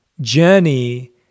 journey